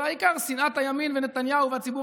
והעיקר שנאת הימין ונתניהו והציבור